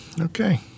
Okay